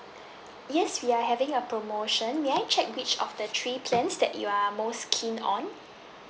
yes we are having a promotion may I check which of the three plans that you are most keen on